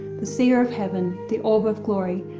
the seer of heaven, the orb of glory.